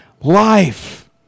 Life